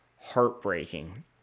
heartbreaking